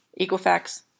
Equifax